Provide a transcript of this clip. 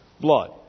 blood